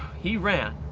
he ran.